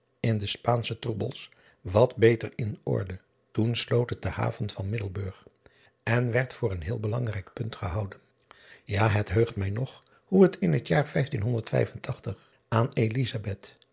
in de paansche troebels wat beter in orde toen sloot het de haven van iddelburg en werd voor een heel belangrijk punt gehouden ja het heugt mij nog hoe het in het jaar aan